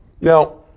Now